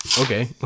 Okay